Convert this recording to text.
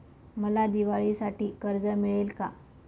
मला दिवाळीसाठी कर्ज मिळेल का?